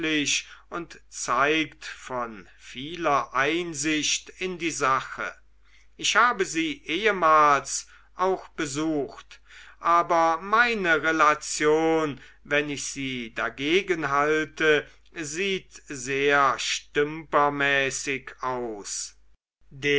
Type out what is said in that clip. und zeigt von vieler einsicht in die sache ich habe sie ehemals auch besucht aber meine relation wenn ich sie dagegen halte sieht sehr stümpermäßig aus